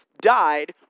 died